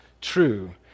true